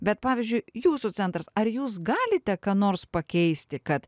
bet pavyzdžiui jūsų centras ar jūs galite ką nors pakeisti kad